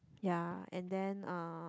ya and then uh